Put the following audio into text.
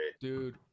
Dude